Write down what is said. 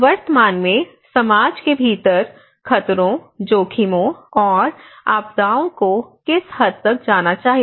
वर्तमान में समाज के भीतर खतरों जोखिमों और आपदाओं को किस हद तक जाना जाता है